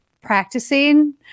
practicing